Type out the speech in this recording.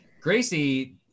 Gracie